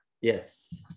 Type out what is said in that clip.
Yes